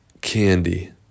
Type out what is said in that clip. candy